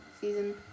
season